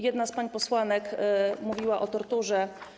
Jedna z pań posłanek mówiła o torturze.